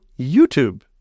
YouTube